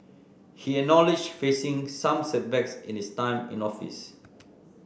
he acknowledge facing some setbacks in his time in office